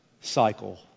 cycle